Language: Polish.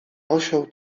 osioł